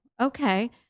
okay